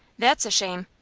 that's a shame!